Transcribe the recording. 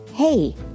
Hey